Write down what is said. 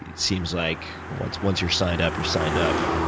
seems like once once you're signed up, you're signed up